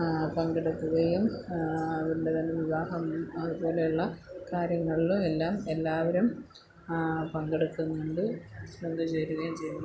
പങ്കെടുക്കുകയും അവര്ൻറ്റെതന്നെ വിവാഹം അതുപോലെ ഉള്ള കാര്യങ്ങളില് എല്ലാം എല്ലാവരും പങ്കെടുക്കുന്നുണ്ട് പങ്ക് ചേരുകയും ചെയ്യുന്നുണ്ട്